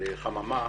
בחממה.